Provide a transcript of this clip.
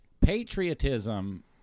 Patriotism